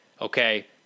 okay